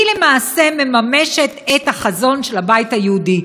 היא למעשה מממשת את החזון של הבית היהודי,